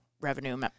revenue